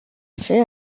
faits